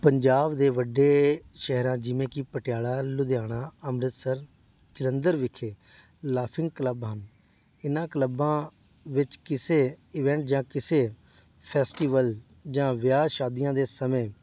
ਪੰਜਾਬ ਦੇ ਵੱਡੇ ਸ਼ਹਿਰਾਂ ਜਿਵੇਂ ਕਿ ਪਟਿਆਲਾ ਲੁਧਿਆਣਾ ਅੰਮ੍ਰਿਤਸਰ ਜਲੰਧਰ ਵਿਖੇ ਲਾਫਿੰਗ ਕਲੱਬ ਹਨ ਇਹਨਾਂ ਕਲੱਬਾਂ ਵਿੱਚ ਕਿਸੇ ਈਵੈਂਟ ਜਾਂ ਕਿਸੇ ਫੈਸਟੀਵਲ ਜਾਂ ਵਿਆਹ ਸ਼ਾਦੀਆਂ ਦੇ ਸਮੇਂ